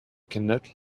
cannot